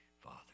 Father